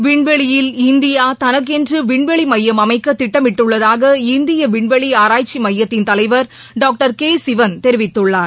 விண்வெளியில் இந்தியாதனக்கென்றுவிண்வெளிமையம் அமைக்கதிட்டமிட்டுள்ளதாக இந்தியவிண்வெளிஆராய்ச்சிமையத்தின் தலைவர் டாக்டர் கேசிவன் தெரிவித்துள்ளார்